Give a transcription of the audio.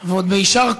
ועוד ב"יישר כוח".